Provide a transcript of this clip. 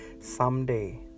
someday